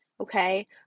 okay